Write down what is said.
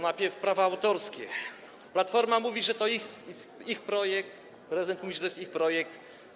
Najpierw prawa autorskie: Platforma mówi, że to ich projekt, prezydent mówi, że to jego projekt.